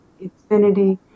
infinity